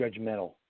judgmental